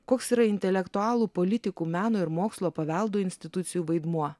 koks yra intelektualų politikų meno ir mokslo paveldo institucijų vaidmuo